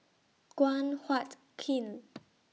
Guan Huat Kiln